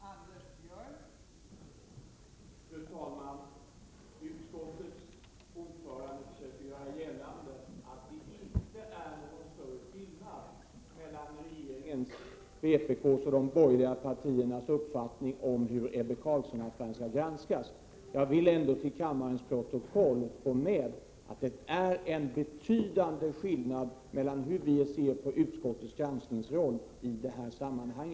Fru talman! Utskottets ordförande försöker göra gällande att det inte är någon större skillnad mellan regeringens, vpk:s och de borgerliga partiernas uppfattning om hur Ebbe Carlsson-affären skall granskas. Jag vill, för kammarens protokoll, säga att det är en betydande skillnad i vår syn på utskottets granskningsroll i detta sammanhang.